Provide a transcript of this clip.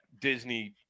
Disney